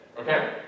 Okay